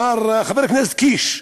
מר חבר הכנסת קיש,